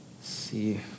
See